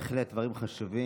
בהחלט דברים חשובים.